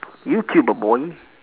YouTuber b~ boy